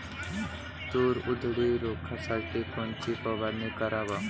तूर उधळी रोखासाठी कोनची फवारनी कराव?